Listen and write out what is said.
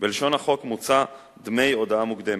בלשון החוק מוצע: "דמי הודעה מוקדמת".